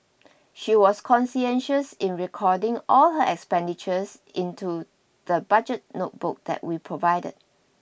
she was conscientious in recording all her expenditures into the budget notebook that we provided